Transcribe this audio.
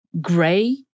gray-